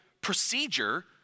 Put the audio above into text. procedure